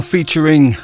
featuring